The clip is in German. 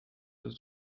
ist